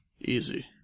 Easy